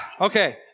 Okay